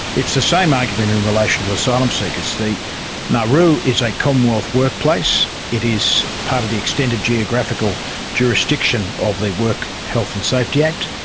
it's the same argument in relation to asylum seekers. nauru is a commonwealth workplace, it is part of the extended geographical jurisdiction of the work, health and safety act.